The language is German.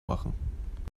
machen